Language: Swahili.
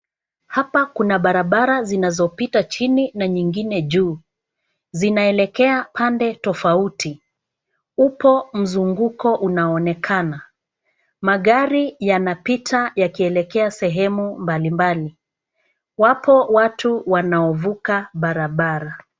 Hapa kuna barabara zinazopita chini na nyingine juu. Zinaelekea pande tofauti. Upo mzunguko unaonekana. Magari yanapita yakielekea sehemu mbalimbali. Wapo watu wanaovuka barabara.